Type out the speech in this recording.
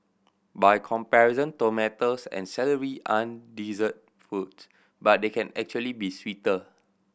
by comparison tomatoes and celery aren't dessert foods but they can actually be sweeter